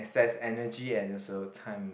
excess energy and also time